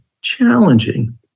challenging